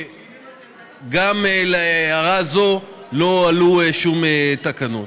וגם להערה זו לא הועלו שום תקנות.